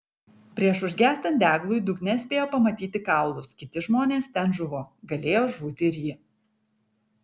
prieš užgęstant deglui dugne spėjo pamatyti kaulus kiti žmonės ten žuvo galėjo žūti ir ji